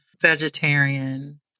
vegetarian